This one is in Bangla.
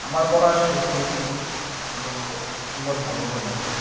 আমার পড়া শেষ বইটি হলো শ্রীমদ্ভগবদ্গীতা